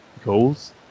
goals